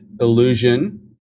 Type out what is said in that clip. illusion